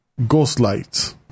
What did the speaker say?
Ghostlights